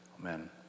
amen